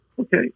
Okay